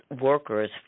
workers